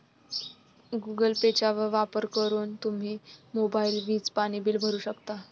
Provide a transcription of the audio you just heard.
Google पेचा वापर करून तुम्ही मोबाईल, वीज, पाणी बिल भरू शकता